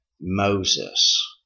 Moses